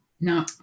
No